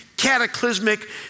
cataclysmic